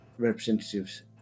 Representatives